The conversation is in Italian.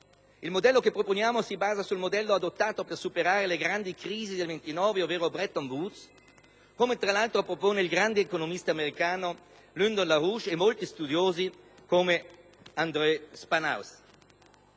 Il modello che proponiamo si basa su quello adottato per superare la grande crisi del 1929, ovvero il modello di Bretton Woods, come tra l'altro propongono il grande economista americano Lyndon LaRouche e molti studiosi come Andrew Spannaus.